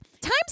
Times